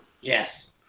Yes